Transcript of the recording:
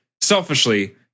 selfishly